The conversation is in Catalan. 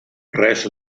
res